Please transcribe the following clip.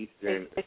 Eastern